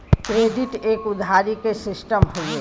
credit एक उधारी के सिस्टम हउवे